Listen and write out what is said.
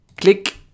click